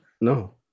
no